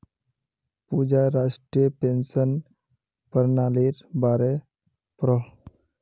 पूजा राष्ट्रीय पेंशन पर्नालिर बारे पढ़ोह